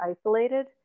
isolated